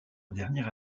dernière